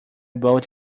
boat